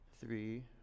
Three